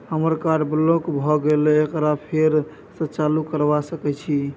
हमर card block भ गेले एकरा फेर स चालू करबा सके छि?